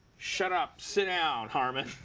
shut up! sit down, harmon.